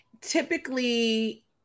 typically